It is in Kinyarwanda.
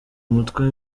umutwe